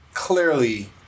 Clearly